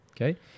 Okay